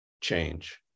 change